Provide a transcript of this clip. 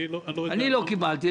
אני לא קיבלתי.